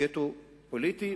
גטו פוליטי,